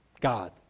God